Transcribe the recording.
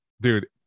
dude